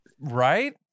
Right